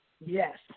Yes